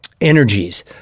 energies